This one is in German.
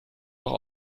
doch